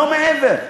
לא מעבר.